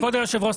כבוד היושב ראש,